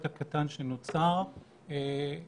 פתאום פתחנו הכול ואף אחד לא מת,